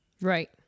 right